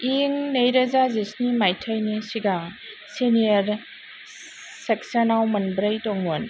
इं नै रोजा जिस्नि मायथायनि सिगां सेनियर सेक्शनाव मोनब्रै दंमोन